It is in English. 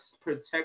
protect